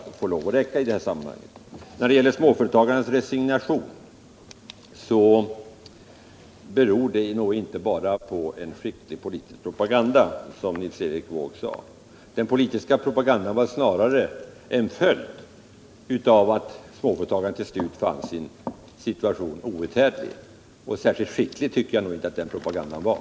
Det tror jag räcker i sammanhanget. Småföretagarnas resignation beror nog inte bara på en skicklig politisk propaganda, som Nils Erik Wååg trodde. Den politiska propagandan var snarare en följd av att småföretagarna till slut fann sin situation outhärdlig. Särskilt skicklig tycker jag inte heller att den propagandan var.